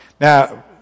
Now